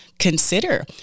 Consider